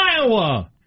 Iowa